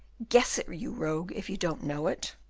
guess it, you rogue, if you don't know it.